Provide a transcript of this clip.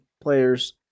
players